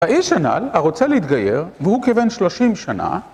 האיש הנ"ל הרוצה להתגייר והוא כבן שלושים שנה